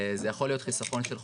זה יכול להיות חיסכון של חודשים,